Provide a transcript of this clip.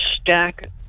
stack